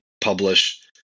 publish